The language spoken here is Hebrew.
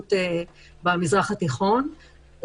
הנציגות במזרח-התיכון.